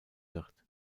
wird